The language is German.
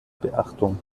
beachtung